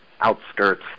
outskirts